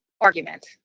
argument